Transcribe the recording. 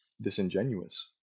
disingenuous